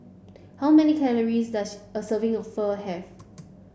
how many calories does a serving of Pho have